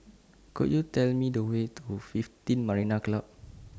Could YOU Tell Me The Way to one fifteen Marina Club